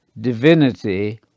divinity